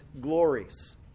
glories